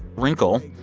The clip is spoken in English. wrinkle,